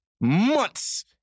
Months